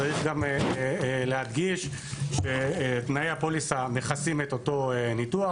צריך גם להדגיש שתנאי הפוליסה מכסים את אותו ניתוח.